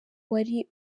wari